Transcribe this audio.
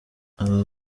abo